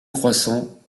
croissant